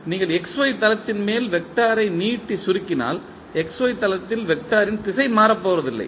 நீங்கள் XY தளத்தின் மேல் வெக்டர் ஐ நீட்டி சுருக்கினால் XY தளத்தில் வெக்டர் ன் திசை மாறப்போவதில்லை